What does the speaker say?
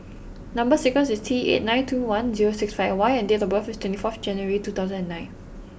number sequence is T eight nine two one zero six five Y and date of birth is twenty fourth January two thousand and nine